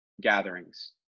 gatherings